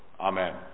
amen